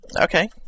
Okay